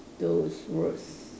those words